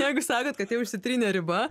jeigu sakot kad jau išsitrynė riba